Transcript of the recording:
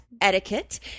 etiquette